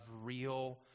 real